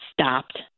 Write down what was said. stopped